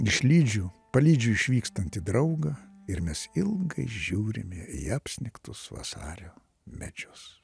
išlydžiu palydžiu išvykstantį draugą ir mes ilgai žiūrime į apsnigtus vasario medžius